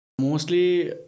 Mostly